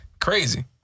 crazy